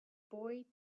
boy